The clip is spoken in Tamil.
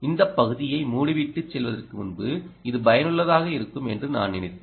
இந்த பகுதியை மூடிவிட்டு செல்வதற்கு முன்பு இது பயனுள்ளதாக இருக்கும் என்று நான் நினைத்தேன்